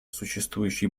существующие